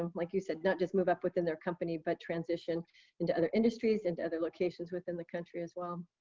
um like you said, not just move up within their company, but transition into other industries, into other locations within the country, as well.